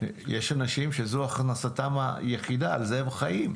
יש אנשים שזו הכנסתם היחידה ועל זה הם חיים?